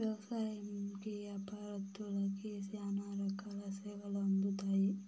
వ్యవసాయంకి యాపారత్తులకి శ్యానా రకాల సేవలు అందుతాయి